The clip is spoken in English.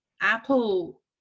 Apple